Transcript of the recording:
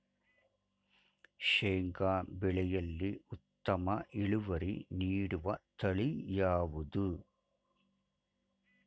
ಶೇಂಗಾ ಬೆಳೆಯಲ್ಲಿ ಉತ್ತಮ ಇಳುವರಿ ನೀಡುವ ತಳಿ ಯಾವುದು?